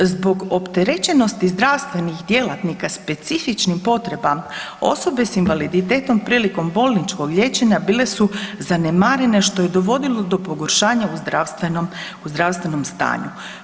Zbog opterećenosti zdravstvenih djelatnika specifičnim potrebama osobe s invaliditetom prilikom bolničkog liječenja bile su zanemarene što je dovodilo do pogoršanja u zdravstvenom, u zdravstvenom stanju.